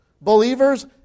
Believers